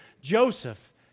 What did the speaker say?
Joseph